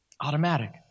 automatic